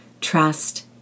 trust